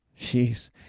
Jeez